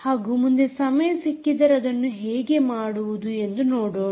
ಹಾಗೂ ಮುಂದೆ ಸಮಯ ಸಿಕ್ಕಿದರೆ ಅದನ್ನು ಹೇಗೆ ಮಾಡುವುದು ಎಂದು ನೋಡೋಣ